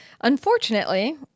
Unfortunately